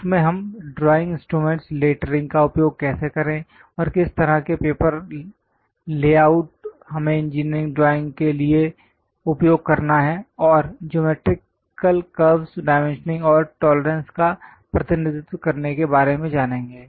उस में हम ड्राइंग इंस्ट्रूमेंट्स लेटरिंग का उपयोग कैसे करें और किस तरह के पेपर लेआउट हमें इंजीनियरिंग ड्राइंग के लिए उपयोग करना है और ज्योमैट्रिकल कर्व्स डाइमेंशनिंग और टोलरेंसेस का प्रतिनिधित्व करने के बारे में जानेंगे